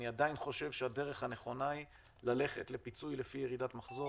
אני עדיין חושב שהדרך הנכונה היא ללכת לפיצוי לפי ירידת מחזור.